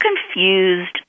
confused